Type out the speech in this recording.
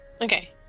Okay